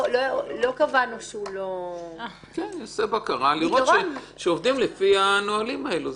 עושה בקרה של לראות שעובדים לפי הנהלים האלה.